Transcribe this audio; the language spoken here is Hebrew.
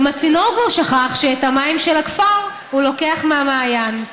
גם הצינור כבר שכח שאת המים של הכפר הוא לוקח מהמעיין.